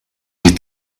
die